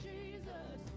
Jesus